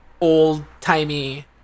old-timey